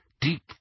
deep